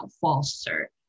foster